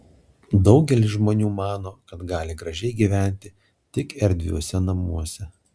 daugelis žmonių mano kad gali gražiai gyventi tik erdviuose namuose